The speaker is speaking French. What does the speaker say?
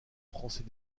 français